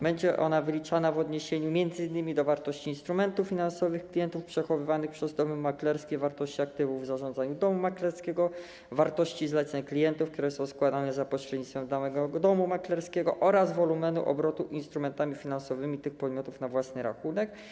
Będzie ona wyliczana w odniesieniu m.in. do wartości instrumentów finansowych klientów, przechowywanych przez domy maklerskie wartości aktywów w zarządzaniu domu maklerskiego, wartości zleceń klientów, które są składane za pośrednictwem danego domu maklerskiego, oraz wolumenu obrotu instrumentami finansowymi tych podmiotów na własny rachunek.